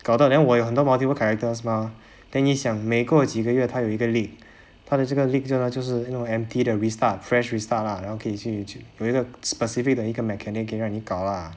搞到 then 我有很多 multiple characters mah then 一想每过几个月它有一个 leak 他的这个 leaks 这就是 know empty 的 restart fresh restart lah 然后可以去去有一个 specific 的一个 mechanic 跟着你搞 lah